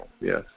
yes